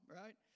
right